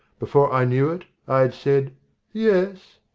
before i knew it, i had said yes.